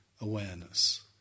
awareness